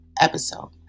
episode